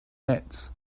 nets